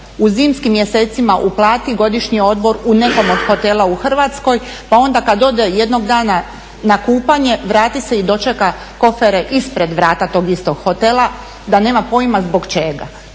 u zimskim mjesecima uplati godišnji odmor u nekom od hotela u Hrvatskoj pa onda kad ode jednog dana na kupanje vrati se i dočeka kofere ispred vrata tog istog hotela, da nema pojma zbog čega.